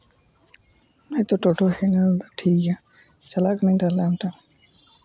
ᱱᱤᱛᱚᱜ ᱴᱳᱴᱳ ᱦᱮᱡ ᱱᱟ ᱴᱷᱤᱠ ᱜᱮᱭᱟ ᱪᱟᱞᱟᱜ ᱠᱟᱹᱱᱟᱹᱧ ᱛᱟᱦᱚᱞᱮ ᱟᱢ ᱴᱷᱮᱱ